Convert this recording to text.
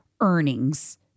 earnings